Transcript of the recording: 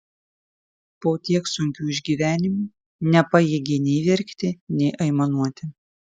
po tiek sunkių išgyvenimų nepajėgė nei verkti nei aimanuoti